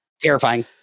Terrifying